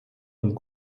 and